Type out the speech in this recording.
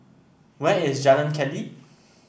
where is Jalan Keli